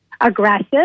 aggressive